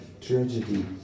tragedy